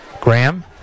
Graham